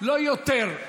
לא יותר.